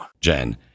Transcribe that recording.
Jen